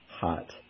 hot